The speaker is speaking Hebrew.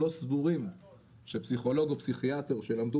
אנחנו לא סבורים שפסיכולוג או פסיכיאטר שלמדנו